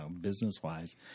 business-wise